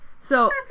So-